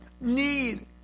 need